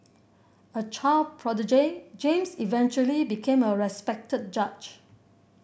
a child prodigy James eventually became a respected judge